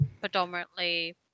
predominantly